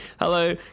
Hello